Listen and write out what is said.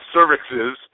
Services